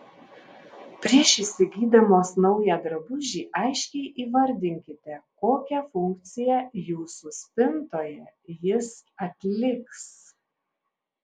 prieš įsigydamos naują drabužį aiškiai įvardinkite kokią funkciją jūsų spintoje jis atliks